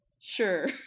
sure